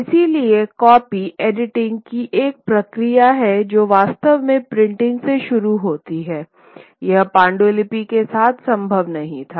इसलिए copy editing की एक प्रक्रिया है जो वास्तव में प्रिंटिंग से शुरू होती है यह पांडुलिपि के साथ संभव नहीं था